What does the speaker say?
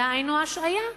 דהיינו השעיה.